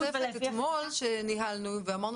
אגב היתה הצעה נוספת אתמול שניהלנו ואמרנו